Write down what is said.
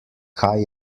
kaj